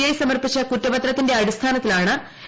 I സമർപ്പിച്ച കുറ്റപത്രത്തിന്റെ അടിസ്ഥാനത്തിലാണ് ഇ